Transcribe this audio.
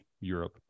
Europe